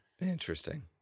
Interesting